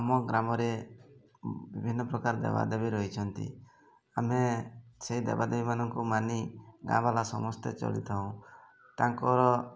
ଆମ ଗ୍ରାମରେ ବିଭିନ୍ନ ପ୍ରକାର ଦେବା ଦେବୀ ରହିଛନ୍ତି ଆମେ ସେଇ ଦେବା ଦେବୀମାନଙ୍କୁ ମାନି ଗାଁ ବାଲା ସମସ୍ତେ ଚଳିଥାଉଁ ତାଙ୍କର